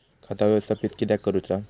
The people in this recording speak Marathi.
खाता व्यवस्थापित किद्यक करुचा?